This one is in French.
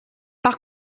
par